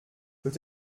peut